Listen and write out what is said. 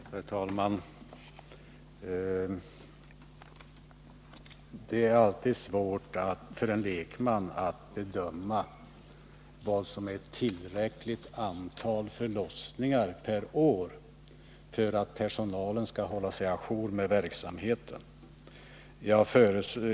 Herr talman! Det är alltid svårt för en lekman att bedöma vilket antal förlossningar per år som är tillräckligt för att personalen skall kunna hålla sig å jour med utvecklingen inom sin verksamhet.